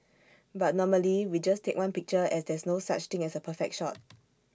but normally we just take one picture as there's no such thing as A perfect shot